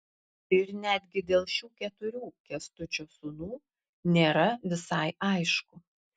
ir netgi dėl šių keturių kęstučio sūnų nėra visai aišku